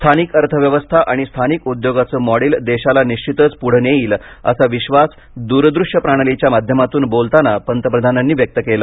स्थानिक अर्थव्यवस्था आणि स्थानिक उद्योगाचं मॉडेल देशाला निश्वितच पुढं नेईल असा विश्वास दुरदृश्य प्रणालीच्या माध्यमातून बोलताना पंतप्रधानांनी व्यक्त केला